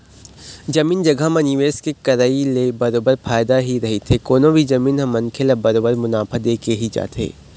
जमीन जघा म निवेश के करई ले बरोबर फायदा ही रहिथे कोनो भी जमीन ह मनखे ल बरोबर मुनाफा देके ही जाथे